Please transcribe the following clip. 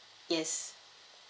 yes